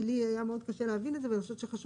כי לי היה מאוד קשה להבין את זה ואני חושבת שחשוב